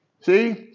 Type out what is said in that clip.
See